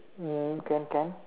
um can can